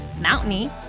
mountainy